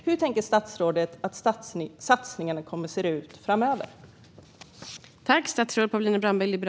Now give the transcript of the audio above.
Hur tänker statsrådet att satsningarna kommer att se ut framöver?